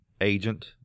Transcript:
agent